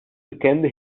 bekende